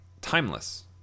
timeless